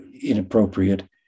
inappropriate